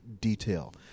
detail